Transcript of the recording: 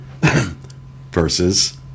versus